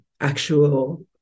actual